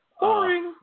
Boring